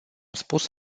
spus